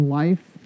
life